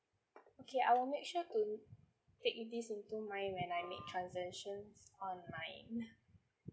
okay I will make sure to take with this into mine when I make transactions online